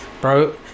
Bro